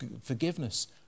forgiveness